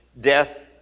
death